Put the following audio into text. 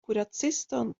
kuraciston